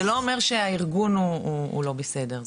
זה לא אומר שהארגון הוא לא בסדר,